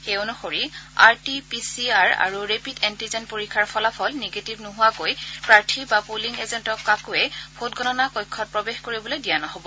এই অনুসৰি R T P C R বা ৰেপিড এণ্টিজেন পৰীক্ষাৰ ফলাফল নিগেটিভ নোহোৱাকৈ প্ৰাৰ্থী বা পলিং এজেণ্টক কাকোৱে ভোটগণনা কক্ষত প্ৰৱেশ কৰিবলৈ দিয়া নহব